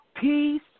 peace